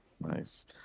Nice